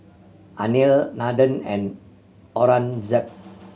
Anil Nandan and Aurangzeb